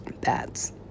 bats